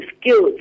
skills